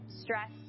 stress